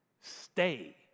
stay